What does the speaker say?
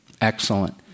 Excellent